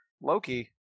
Loki